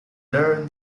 learn